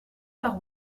par